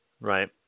Right